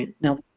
Now